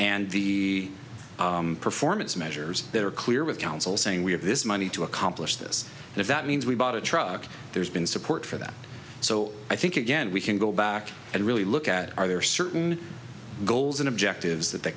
and the performance measures that are clear with councils saying we have this money to accomplish this if that means we bought a truck there's been support for that so i think again we can go back and really look at are there certain goals and objectives that the